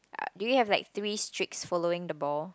uh do we have like three streaks following the ball